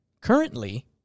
Currently